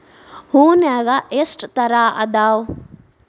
ಹೂನ್ಯಾಗ ಎಷ್ಟ ತರಾ ಅದಾವ್?